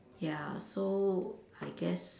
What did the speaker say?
ya so I guess